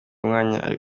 umwanya